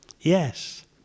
Yes